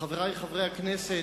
חברי חברי הכנסת,